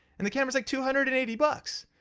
and the camera is like two hundred and eighty bucks.